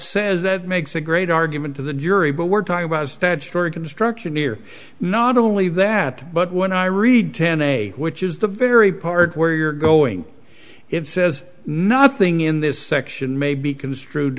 says that makes a great argument to the jury but we're talking about statutory construction near not only that but when i read ten a which is the very part where you're going it says nothing in this section may be construed